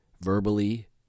verbally